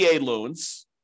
loans